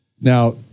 Now